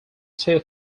still